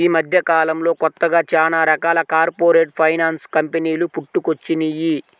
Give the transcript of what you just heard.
యీ మద్దెకాలంలో కొత్తగా చానా రకాల కార్పొరేట్ ఫైనాన్స్ కంపెనీలు పుట్టుకొచ్చినియ్యి